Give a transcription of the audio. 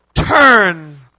Turn